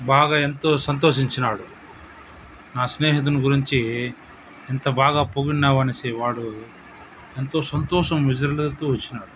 బాగా ఎంతో సంతోషించినాడు నా స్నేహితుని గురించి ఇంత బాగా పొగిడినావు అనేసి వాడు ఎంతో సంతోషం విరజిల్లుతో వచ్చినాడు